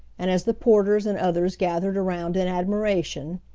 and as the porters and others gathered around in admiration,